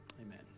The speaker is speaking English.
Amen